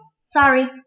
Sorry